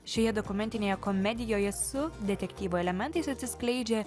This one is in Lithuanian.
šioje dokumentinėje komedijoje su detektyvo elementais atsiskleidžia